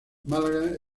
málaga